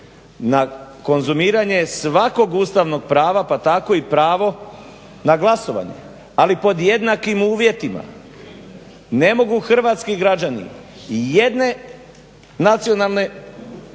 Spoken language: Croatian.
na konzumiranje svakog ustavnog prava pa tako i pravo na glasovanje ali pod jednakim uvjetima. Ne mogu hrvatski građani jedne nacionalne